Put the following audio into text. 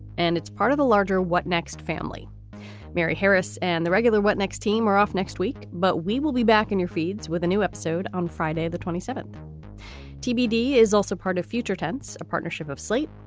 and it's part of the larger what next family mary harris and the regular what next team are off next week. but we will be back in your feeds with a new episode on friday. the twenty seventh tbd is also part of future tense, a partnership of slate,